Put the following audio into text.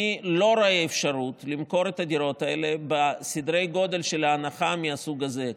אני לא רואה אפשרות למכור את הדירות האלה בהנחה בסדרי גודל מהסוג הזה,